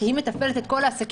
כי היא מתפעלת את כל העסקים,